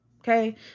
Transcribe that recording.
Okay